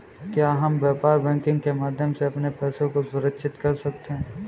क्या हम व्यापार बैंकिंग के माध्यम से अपने पैसे को सुरक्षित कर सकते हैं?